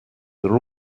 are